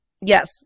Yes